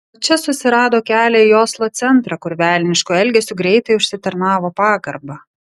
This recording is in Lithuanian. o čia susirado kelią į oslo centrą kur velnišku elgesiu greitai užsitarnavo pagarbą